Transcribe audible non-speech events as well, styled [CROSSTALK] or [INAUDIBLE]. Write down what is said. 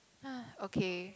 [NOISE] okay